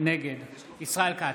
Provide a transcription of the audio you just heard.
נגד ישראל כץ,